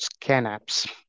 ScanApps